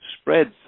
spreads